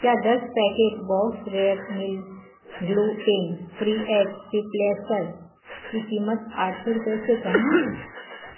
क्या दस packet Bob's Red Mill gluten free egg replacer की कीमत आठ सौ रुपए से कम है